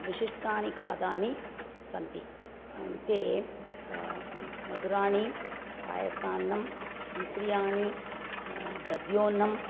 विशिष्टानि खाद्यानि सन्ति ते मधुराणि पायसान्नं तिन्त्रियाणि दध्योन्नम्